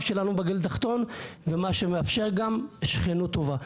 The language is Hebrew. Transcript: שלנו בגליל התחתון ומה שמאפשר גם שכנות טובה.